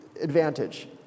advantage